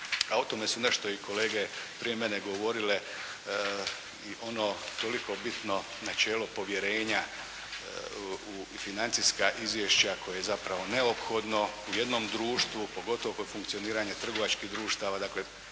a o tome su nešto i kolege prije mene govorile i ono toliko bitno načelo povjerenja u financijska izvješća koje je zapravo neophodno u jednom društvu pogotovo kod funkcioniranja trgovačkih društava. Dakle,